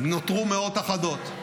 נותרו מאות אחדות.